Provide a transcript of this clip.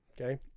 Okay